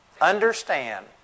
understand